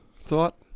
thought